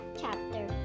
chapter